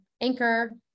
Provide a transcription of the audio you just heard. Anchor